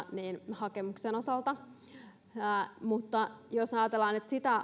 hakemuksen osalta mutta jos ajatellaan että sitä